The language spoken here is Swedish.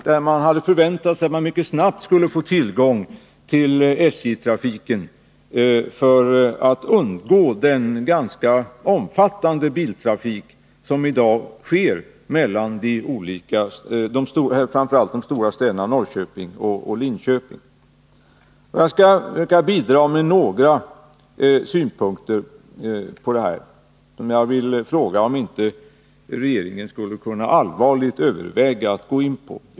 Där hade man förväntat sig att mycket snabbt få tillgång till SJ-trafiken för att undgå den ganska omfattande biltrafik som i dag sker framför allt mellan de stora städerna Norrköping och Linköping. Jag kan bidra med några synpunkter på detta, och jag vill fråga om inte regeringen skulle kunna allvarligt överväga dem.